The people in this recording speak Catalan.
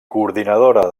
coordinadora